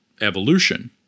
evolution